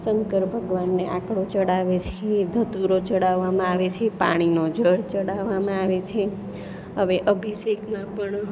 શંકર ભગવાનને આંકડો ચઢાવે છે ધતૂરો ચઠાવવામાં આવે છે પાણીનો જળ ચઢાવવામાં આવે છે હવે અભિષેકમાં પણ